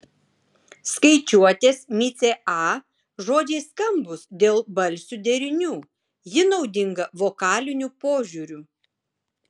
skaičiuotės micė a žodžiai skambūs dėl balsių derinių ji naudinga vokaliniu požiūriu